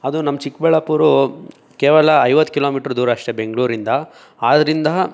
ಅದು ನಮ್ಮ ಚಿಕ್ಕಬಳ್ಳಾಪುರ ಕೇವಲ ಐವತ್ತು ಕೀಲೊ ಮೀಟರ್ ದೂರ ಅಷ್ಟೇ ಬೆಂಗಳೂರಿಂದ ಆದ್ರಿಂದ